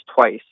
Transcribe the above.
twice